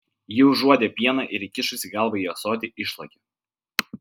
ji užuodė pieną ir įkišusi galvą į ąsotį išlakė